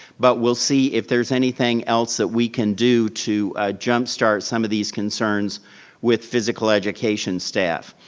but we'll see if there's anything else that we can do to jump start some of these concerns with physical education staff.